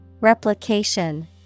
Replication